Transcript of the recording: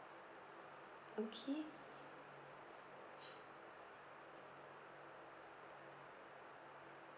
okay